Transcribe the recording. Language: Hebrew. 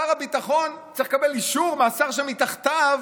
שר הביטחון צריך לקבל אישור מהשר שמתחתיו